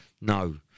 No